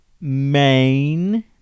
Main